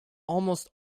almost